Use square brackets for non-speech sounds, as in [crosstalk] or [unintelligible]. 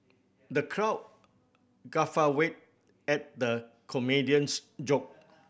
the crowd [unintelligible] at the comedian's joke